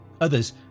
Others